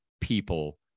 people